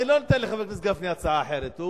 אני לא נותן לחבר הכנסת גפני הצעה אחרת,